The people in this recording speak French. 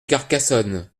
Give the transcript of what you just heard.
carcassonne